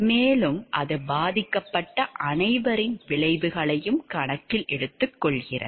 மேலும் அது பாதிக்கப்பட்ட அனைவரின் விளைவுகளையும் கணக்கில் எடுத்துக்கொள்கிறது